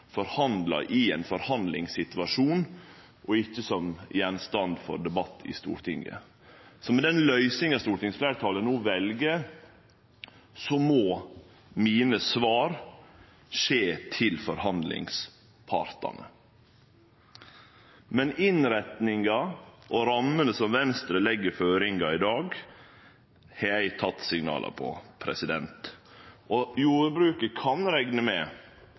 forhandlar i ein forhandlingssituasjon, og at ein ikkje gjer det i ein debatt i Stortinget. Med den løysinga stortingsfleirtalet no vel, må svara mine gå til forhandlingspartane. Men innretninga og rammene som Venstre legg føringar for i dag, har eg teke signala om. Jordbruket kan rekne med